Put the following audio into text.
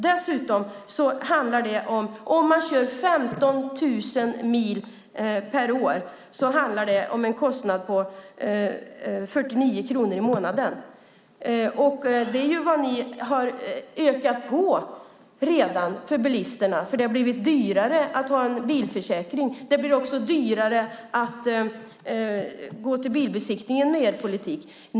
Dessutom handlar det, om man kör 15 000 mil per år, om en kostnad på 49 kronor i månaden. Det är vad ni redan har ökat kostnaderna med för bilisterna. Det har blivit dyrare att ha en bilförsäkring. Det blir också dyrare att gå till bilbesiktningen med er politik.